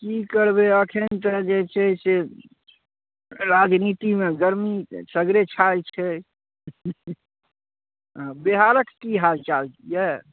कि करबै एखन तऽ जे छै से राजनीतिमे गरमी सगरे छालि छै हँ बिहारके कि हालचाल छिए